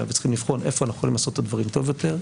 וצריכים לבחון איפה אנחנו יכולים לעשות את הדברים טוב יותר.